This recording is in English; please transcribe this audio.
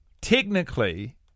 technically